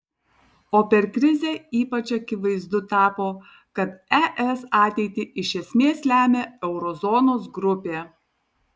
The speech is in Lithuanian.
o per krizę ypač akivaizdu tapo kad es ateitį iš esmės lemia euro zonos grupė